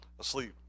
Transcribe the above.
asleep